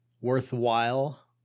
worthwhile